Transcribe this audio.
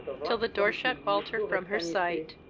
till the door shut walter from her sight,